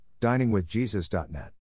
diningwithjesus.net